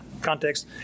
context